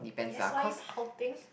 yes white powding